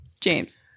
James